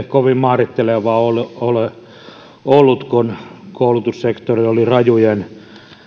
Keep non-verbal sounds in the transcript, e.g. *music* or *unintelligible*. *unintelligible* kovin mairittelevaa ole ollut kun koulutussektori oli rajujen